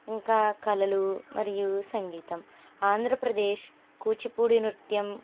ఇంకా కళలు మరియు సంగీతం ఆంధ్రప్రదేశ్ కూచిపూడి నృత్యం